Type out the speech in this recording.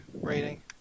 rating